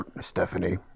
Stephanie